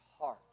heart